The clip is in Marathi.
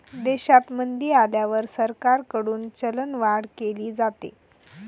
देशात मंदी आल्यावर सरकारकडून चलनवाढ केली जाते